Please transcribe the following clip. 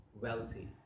wealthy